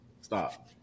stop